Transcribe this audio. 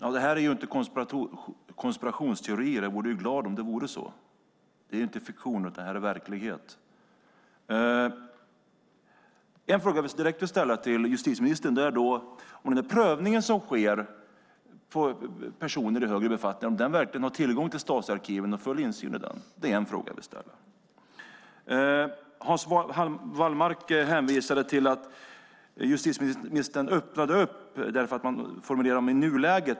Fru talman! Det här är inte konspirationsteorier. Jag skulle vara glad om det vore så. Det är inte fiktion utan verklighet. Jag har en fråga jag vill ställa direkt till justitieministern: Har den prövning som sker av personer på högre befattningar tillgång till och full insyn i Stasiarkiven? Hans Wallmark hänvisade till att justitieministern öppnade för att informera om nuläget.